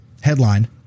headline